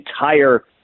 entire